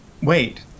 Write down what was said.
Wait